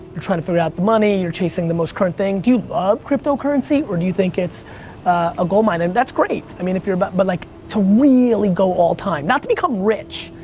you're trying to figure out the money, you're chasing the most current thing. do you love cryptocurrency or do you think it's a goldmine? and that's great, i mean if you're about it but like, to really go all time. not to become rich.